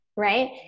Right